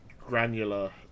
granular